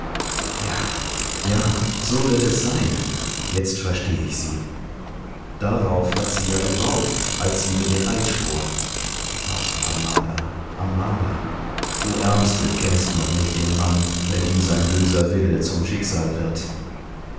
ja ja so wird es sein jetzt versteh ich sie darauf hat sie ja gebaut als sie mir den eid schwor ach amara amara du ärmste kennst noch nicht den mann wenn ihm sein böser wille zum schicksal wird